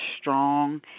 strong